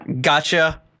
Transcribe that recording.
gotcha